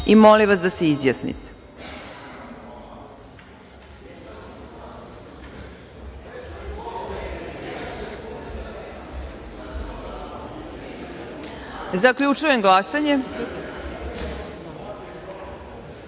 vas da se izjasnite. Zaključujem glasanje: